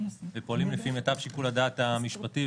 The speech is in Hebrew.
ופועלים לפי מיטב שיקול הדעת המשפטי.